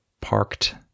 parked